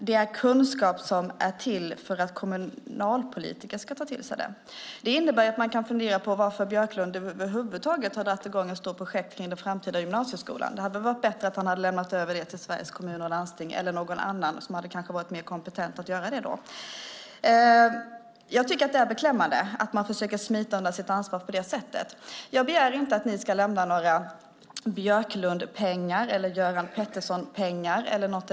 Det är något som kommunalpolitiker ska ta till sig. Man kan fundera över varför Björklund över huvud taget har dragit i gång ett stort projekt om den framtida gymnasieskolan. Det hade väl varit bättre att lämna över det till Sveriges Kommuner och Landsting eller någon annan som kanske hade varit mer kompetent. Det är beklämmande att man försöker smita undan sitt ansvar. Jag begär inte att ni ska lämna några Björklundpengar eller Göran Pettersson-pengar.